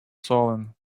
swollen